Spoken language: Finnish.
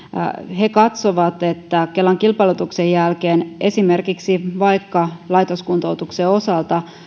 he katsovat että kelan kilpailutuksen jälkeen esimerkiksi vaikka laitoskuntoutuksen osalta